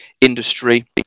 industry